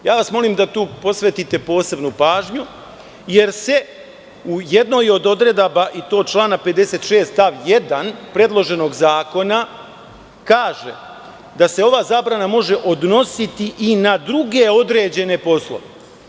Molim vas da tu posvetite posebnu pažnju, jer se u jednoj od odredaba i to člana 56. stav 1. predloženog zakona kaže da se ova zabrana može odnositi i na druge određene poslove.